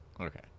Okay